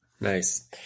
Nice